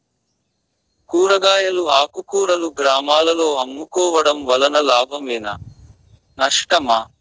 కూరగాయలు ఆకుకూరలు గ్రామాలలో అమ్ముకోవడం వలన లాభమేనా నష్టమా?